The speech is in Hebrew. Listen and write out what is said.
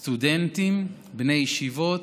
סטודנטים, בני ישיבות,